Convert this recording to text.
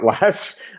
less